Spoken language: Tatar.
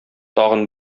тагын